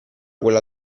quella